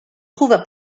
trouva